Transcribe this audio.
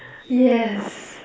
yes